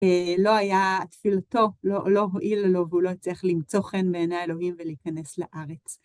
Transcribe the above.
לא היה תפילתו, לא הועילה לו, והוא לא הצליח למצוא חן בעיני האלוהים ולהיכנס לארץ.